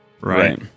right